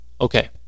Okay